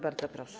Bardzo proszę.